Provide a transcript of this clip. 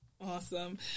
awesome